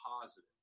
positive